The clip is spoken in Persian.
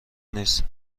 نیست